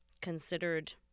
considered